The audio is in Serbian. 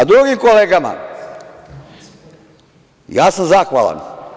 Drugim kolegama, ja sam zahvalan.